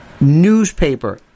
newspaper